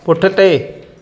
पुठिते